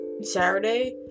Saturday